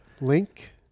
Link